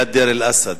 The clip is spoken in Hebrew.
ליד דיר-אל-אסד,